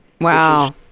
Wow